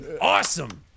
awesome